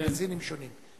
במגזינים שונים.